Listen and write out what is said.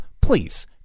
please